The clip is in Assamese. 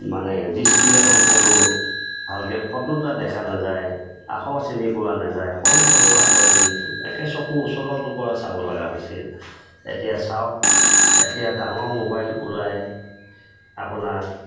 মানে ডিছপ্লেখন সৰু ভালকৈ ফটো এটা দেখা নাযায় আখৰ চিনি পোৱা নাযায় সৰু সৰু আখৰেদি একে চকু ওচৰৰপৰা চাব লগা হৈছিল এতিয়া চাওক এতিয়া ডাঙৰ মোবাইল ওলাই আপোনাৰ